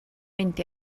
mynd